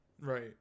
right